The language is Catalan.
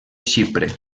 xipre